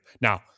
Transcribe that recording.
Now